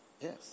Yes